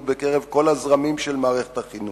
בקרב כל הזרמים של מערכת החינוך,